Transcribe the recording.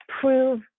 prove